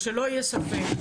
שלא יהיה ספק,